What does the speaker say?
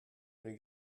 une